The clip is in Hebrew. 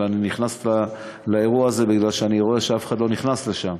אבל אני נכנס לאירוע הזה כי אני רואה שאף אחד לא נכנס לשם.